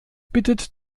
bittet